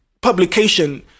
publication